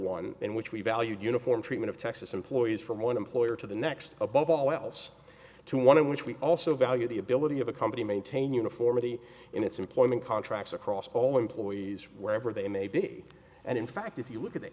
one in which we valued uniform treatment of texas employees from one employer to the next above all else to one in which we also value the ability of a company maintain uniformity in its employment contracts across all employees wherever they may be and in fact if you look at the